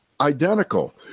identical